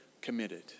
committed